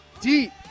deep